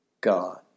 God